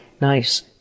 nice